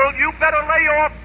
ah you better. my, your.